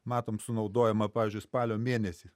matom sunaudojamą pavyzdžiui spalio mėnesį